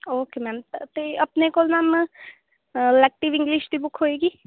okay ma'am ਅਤੇ ਆਪਣੇ ਕੋਲ਼ ਮੈਮ ਲੈਕਟਿਵ ਇੰਗਲਿਸ਼ ਦੀ ਬੁੱਕ ਹੋਵੇਗੀ